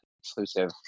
exclusive